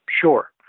Sure